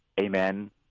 Amen